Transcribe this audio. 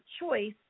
choice